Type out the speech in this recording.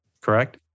correct